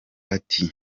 ati